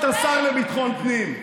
להיות השר לביטחון פנים,